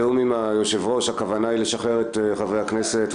בתיאום עם היושב-ראש הכוונה היא לשחרר את חברי הכנסת,